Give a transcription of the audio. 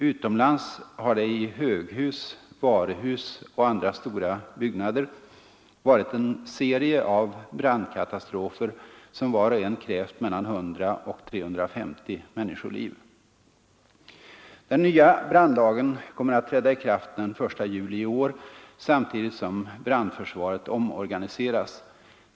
Utomlands har det i höghus, varuhus och andra stora byggnader varit en serie av brandkatastrofer, som var och en krävt mellan 100 och 350 människoliv. Den nya brandlagen kommer att träda i kraft den 1 juli i år samtidigt som brandförsvaret omorganiseras.